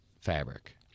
fabric